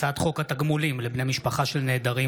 הצעת חוק התגמולים לבני משפחה של נעדרים